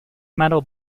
metal